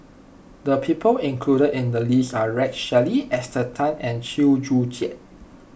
the people included in the list are Rex Shelley Esther Tan and Chew Joo Chiat